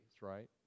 right